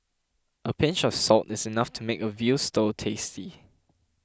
a pinch of salt is enough to make a Veal Stew tasty